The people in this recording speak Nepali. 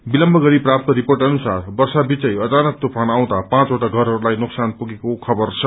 विलम्ब गरी प्राप्त रिपोर्ट अनुसार वर्षा बीचै अचानक तूफान आउँदा पाँचवटा घरहरूलाई नोकसान पुगेको खवर छ